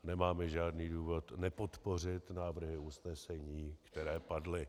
Nemáme žádný důvod nepodpořit návrhy usnesení, které padly.